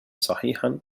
صحيحًا